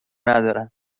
ندارن